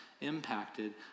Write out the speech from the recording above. impacted